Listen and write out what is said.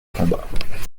combat